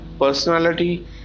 personality